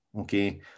okay